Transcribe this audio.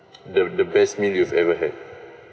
the the best meal you've ever had